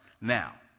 now